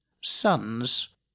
sons